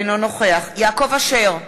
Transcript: אינו נוכח יעקב אשר,